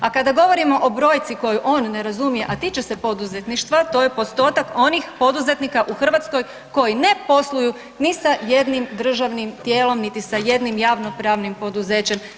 A kada govorimo o brojci koju on ne razumije, a tiče se poduzetništva to je postotak onih poduzetnika u Hrvatskoj koji ne posluju ni sa jednim državnim tijelom niti sa jedinom javnopravnim poduzećem.